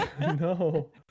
No